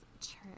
Church